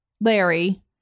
Larry